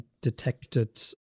detected